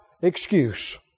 excuse